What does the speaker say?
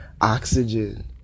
Oxygen